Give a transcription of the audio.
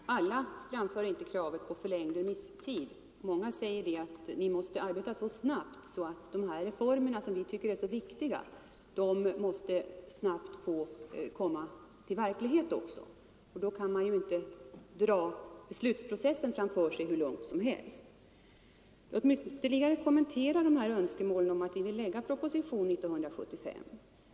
Herr talman! Alla framför inte kravet på förlängd remisstid. Många säger att vi måste arbeta så snabbt att de här reformerna, som man tycker är viktiga, snart blir genomförda. Då kan man ju inte skjuta beslutsprocessen framför sig hur långt som helst. Låt mig ytterligare kommentera vår önskan att lägga proposition 1975.